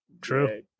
True